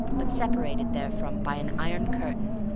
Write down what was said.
but separated therefrom by an iron curtain,